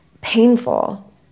Painful